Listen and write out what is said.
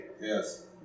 Yes